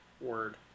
word